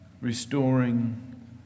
Restoring